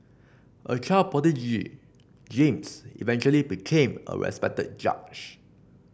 a child prodigy James eventually became a respected judge